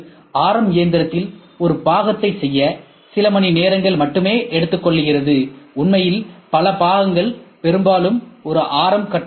ஒரு ஆர்எம் இயந்திரத்தில் ஒரு பாகத்தை செய்ய சில மணிநேரங்கள் மட்டுமே எடுத்துக்கொள்கிறது உண்மையில் பல பாகங்கள் பெரும்பாலும் ஒரு ஆர்